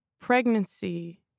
Pregnancy